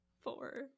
four